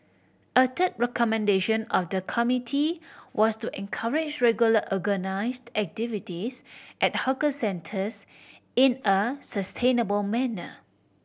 a third recommendation of the committee was to encourage regular organised activities at hawker centres in a sustainable manner